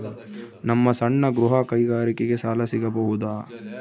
ನಮ್ಮ ಸಣ್ಣ ಗೃಹ ಕೈಗಾರಿಕೆಗೆ ಸಾಲ ಸಿಗಬಹುದಾ?